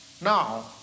Now